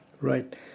Right